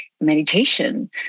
meditation